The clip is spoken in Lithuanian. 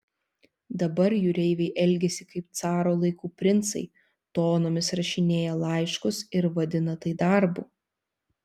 dabar jūreiviai elgiasi kaip caro laikų princai tonomis rašinėja laiškus ir vadina tai darbu